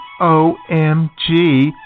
OMG